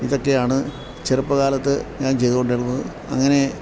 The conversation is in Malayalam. ഇതൊക്കെയാണ് ചെറുപ്പകാലത്ത് ഞാൻ ചെയ്തുകൊണ്ടിരുന്നത് അങ്ങനെ